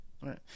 right